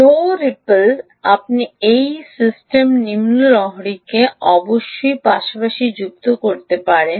লো ripple আপনি এই নিম্ন লহরিকে পাশাপাশি যুক্ত করতে পারেন